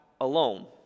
alone